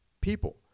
people